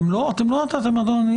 אתם לא נתתם לנו.